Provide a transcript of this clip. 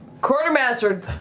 Quartermaster